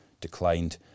declined